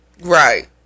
Right